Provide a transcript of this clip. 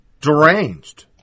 deranged